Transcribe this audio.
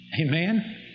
Amen